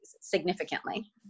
significantly